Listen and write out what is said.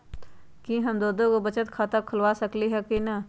कि हम दो दो गो बचत खाता खोलबा सकली ह की न?